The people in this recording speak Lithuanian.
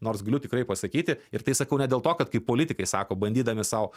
nors galiu tikrai pasakyti ir tai sakau ne dėl to kad kaip politikai sako bandydami sau